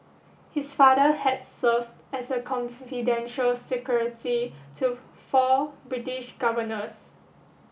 his father had served as the confidential secretary to four British governors